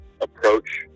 approach